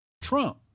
Trump